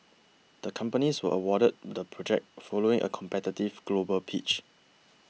the companies were awarded the project following a competitive global pitch